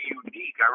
unique